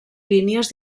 línies